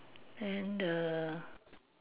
then the